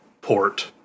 port